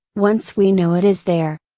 once we know it is there.